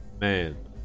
Man